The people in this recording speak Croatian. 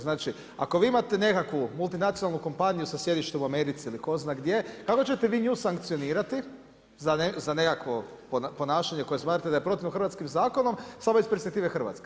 Znači ako vi imate nekakvu multinacionalnu kompaniju sa sjedištem u Americi ili tko zna gdje, kako ćete vi nju sankcionirati za nekakvo ponašanje koje smatrate da je protivno hrvatskim zakonom samo iz perspektive Hrvatske?